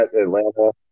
Atlanta